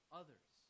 others